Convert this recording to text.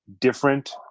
different